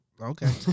Okay